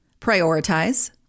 prioritize